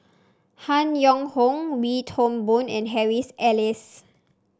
Han Yong Hong Wee Toon Boon and Harry Elias